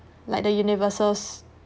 like the universals